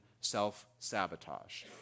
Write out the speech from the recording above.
self-sabotage